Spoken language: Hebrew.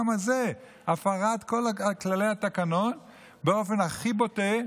הזה הפרת כל כללי התקנון באופן הכי בוטה,